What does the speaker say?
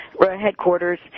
headquarters